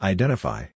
Identify